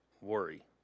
worry